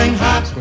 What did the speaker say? hot